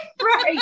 Right